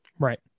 right